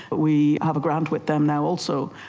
but we have a grant with them now also,